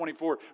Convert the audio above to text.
24